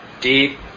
deep